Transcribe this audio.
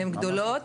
הן גדולות.